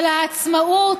של העצמאות,